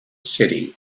city